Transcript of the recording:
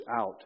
out